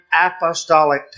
apostolic